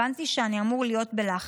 הבנתי שאני אמור להיות בלחץ: